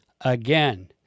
again